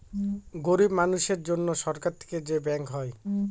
গরিব মানুষের জন্য সরকার থেকে যে ব্যাঙ্ক হয়